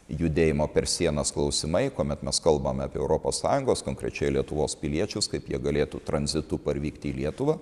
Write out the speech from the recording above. judėjimo per sienas klausimai kuomet mes kalbame apie europos sąjungos konkrečiai lietuvos piliečius kaip jie galėtų tranzitu parvykti į lietuvą